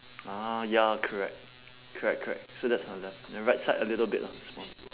ah ya correct correct correct so that's on left then right side a little bit lah small